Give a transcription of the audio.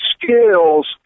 skills